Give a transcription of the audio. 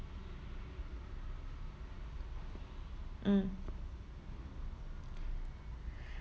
mm